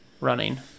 running